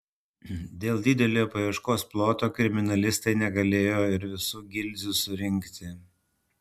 dėl didelio paieškos ploto kriminalistai negalėjo ir visų gilzių surinkti